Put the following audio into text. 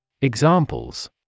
Examples